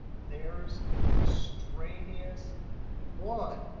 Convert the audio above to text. there's an extraneous one.